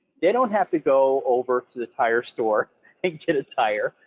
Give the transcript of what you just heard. they don't have to go over to the tire store and get a tire,